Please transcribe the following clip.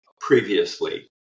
previously